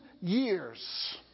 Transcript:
years